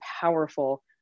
powerful